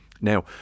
Now